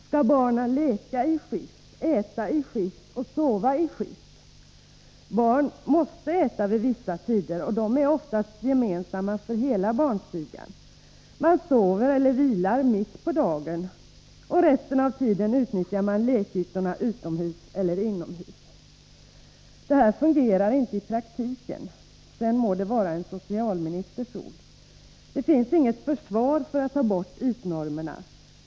Skall barnen leka i skift, äta i skift och sova i skift? Barn måste äta vid vissa tider, och de är oftast gemensamma för hela barnstugan. Barn sover eller vilar mitt på dagen, och resten av tiden utnyttjar man lekytorna utomhus eller inomhus. Det här samutnyttjandet fungerar inte i praktiken — må vara att det är en socialministers ord. Det finns inget försvar för att ta bort ytnormerna.